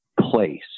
place